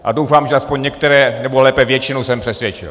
A doufám, že aspoň některé, nebo lépe většinu, jsem přesvědčil.